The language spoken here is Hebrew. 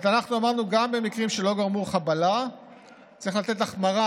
אנחנו אמרנו שגם במקרים שלא גרמו חבלה צריך לקבוע החמרה,